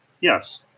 Yes